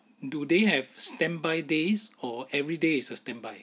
do they have standby days or everyday is a standby